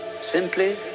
Simply